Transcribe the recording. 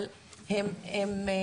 אבל הנשים